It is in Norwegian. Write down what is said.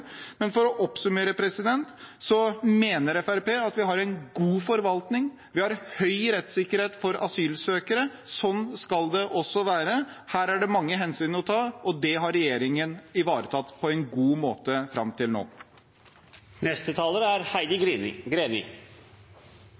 For å oppsummere mener Fremskrittspartiet at vi har en god forvaltning, vi har en høy rettssikkerhet for asylsøkere. Sånn skal det også være, her er det mange hensyn å ta, og det har regjeringen ivaretatt på en god måte fram til nå. Senterpartiet mener selvsagt det er